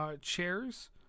chairs